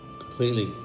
completely